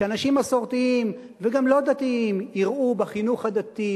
שאנשים מסורתיים וגם לא דתיים יראו בחינוך הדתי,